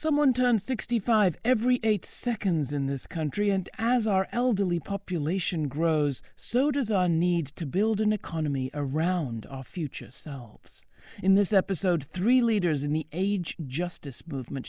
someone turns sixty five every eight seconds in this country and as our elderly population grows so does our needs to build an economy around our future in this episode three leaders in the age justice movement